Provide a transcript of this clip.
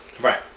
Right